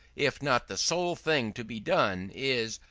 if not the sole thing to be done, is,